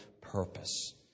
purpose